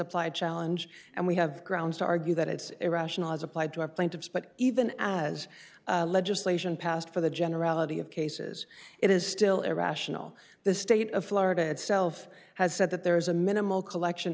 applied challenge and we have grounds to argue that it's irrational as applied to our plaintiffs but even as legislation passed for the generality of cases it is still irrational the state of florida itself has said that there is a minimal collection